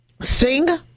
sing